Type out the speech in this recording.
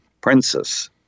princess